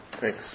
Thanks